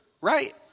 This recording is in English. Right